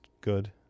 good